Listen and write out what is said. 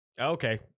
Okay